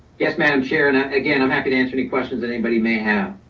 yes. madam chair. and again, i'm happy to answer any questions that anybody may have.